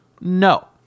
No